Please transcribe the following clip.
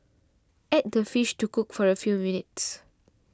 add the fish to cook for a few minutes